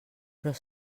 però